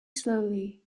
slowly